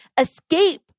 escape